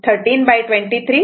66 2 13